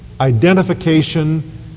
identification